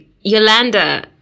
yolanda